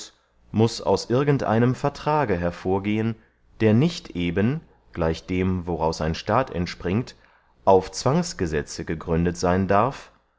muß aus irgend einem vertrage hervorgehen der nicht eben gleich dem woraus ein staat entspringt auf zwangsgesetze gegründet seyn darf